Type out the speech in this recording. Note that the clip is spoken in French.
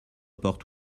porte